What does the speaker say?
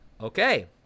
Okay